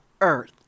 Earth